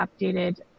updated